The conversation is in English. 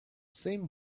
same